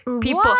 people